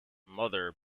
mother